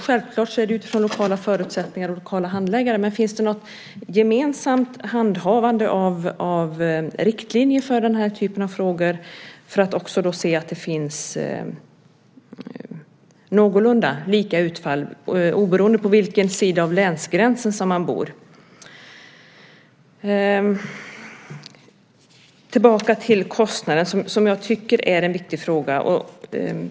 Självklart sker det utifrån lokala förutsättningar och lokala handläggare, men finns det något gemensamt handhavande av riktlinjer för den här typen av frågor för att se till att det blir någorlunda likadant utfall oberoende av på vilken sida av länsgränsen man bor? Jag vill gå tillbaka till kostnaden, som jag tycker är en viktig fråga.